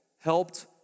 helped